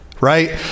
right